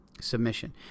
submission